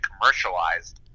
commercialized